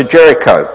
Jericho